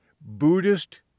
Buddhist